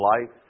life